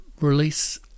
release